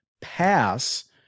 pass